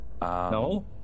No